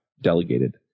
delegated